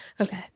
okay